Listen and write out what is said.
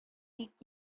тик